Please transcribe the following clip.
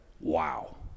wow